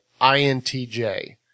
INTJ